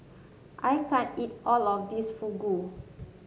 I can't eat all of this Fugu